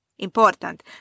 important